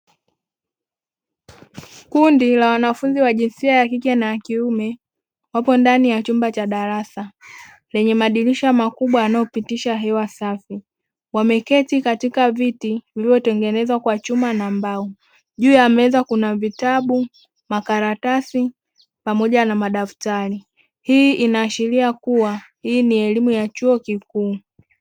Kundi la wanafunzi wa jinsia ya kike na kiume wapo ndani ya chumba cha darasa lenye madirisha makubwa yanayopitisha hewa safi, wameketi katika viti vilivyotengenezwa kwa chuma na mbao juu ya meza kuna vitabu makaratasi pamoja na madaftari, hii inaashiria kuwa hii ni elimu ya chuo kikuu.